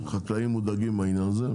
שהחקלאים מודאגים מהעניין הזה.